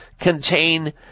contain